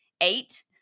eight